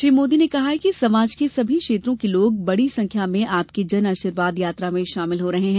श्री मोदी ने धन्यवाद देते हुये कहा कि समाज के सभी क्षेत्रों के लोग बड़ी संख्या में आपकी जन आशीर्वाद यात्रा में शामिल हो रहे हैं